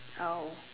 oh